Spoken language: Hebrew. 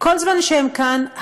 כל זמן שהם כאן,